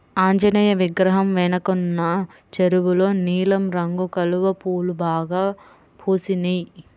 ఆంజనేయ విగ్రహం వెనకున్న చెరువులో నీలం రంగు కలువ పూలు బాగా పూసినియ్